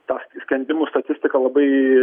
tą skendimų statistiką labai